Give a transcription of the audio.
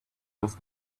does